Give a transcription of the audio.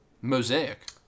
Mosaic